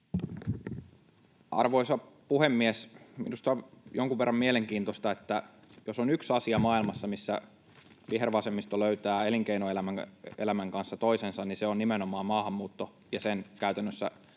Arvoisa puhemies! Minusta on jonkun verran mielenkiintoista, että jos on yksi asia maailmassa, missä vihervasemmisto löytää elinkeinoelämän kanssa toisensa, niin se on nimenomaan maahanmuutto ja sen käytännössä